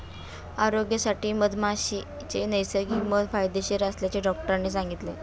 आरोग्यासाठी मधमाशीचे नैसर्गिक मध फायदेशीर असल्याचे डॉक्टरांनी सांगितले